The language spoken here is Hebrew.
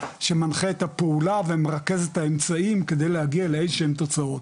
שמנחה את הפעולה ומרכז את האמצעים כדי להגיע לאיזשהם תוצאות.